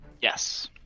Yes